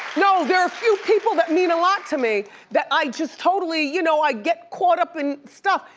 no, there are few people that mean a lot to me that i just totally, you know, i get caught up in stuff.